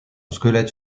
squelette